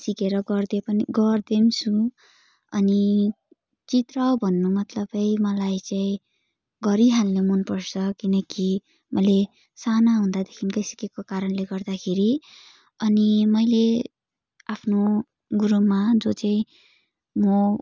सिकेर गर्दै पनि गर्दै पनि छु अनि चित्र भन्नु मतलबै मलाई चाहिँ गरिहाल्नु मन पर्छ किनकि मैले सानो हुँदादेखिन्कै सिकेको कारणले गर्दाखेरि अनि मैले आफ्नो गुरुमा जो चाहिँ म